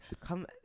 come